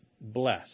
bless